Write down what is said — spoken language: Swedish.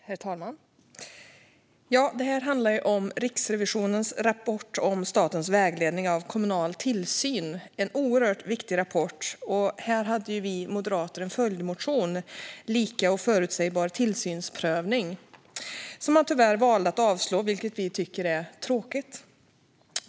Herr talman! Detta handlar om Riksrevisionens rapport om statens vägledning av kommunal tillsyn, en oerhört viktig rapport. Vi moderater hade en följdmotion, Lika och förutsägbar tillsynsprövning, som man tyvärr valde att avslå, vilket vi tycker är tråkigt.